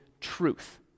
truth